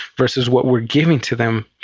versus what we are giving to them,